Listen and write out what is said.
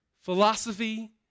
philosophy